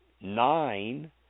nine